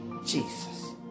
Jesus